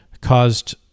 caused